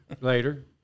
later